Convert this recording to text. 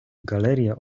galeria